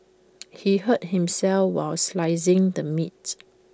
he hurt himself while slicing the meat